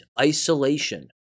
isolation